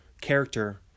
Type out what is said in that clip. character